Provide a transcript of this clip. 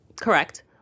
correct